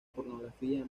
pornografía